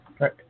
Right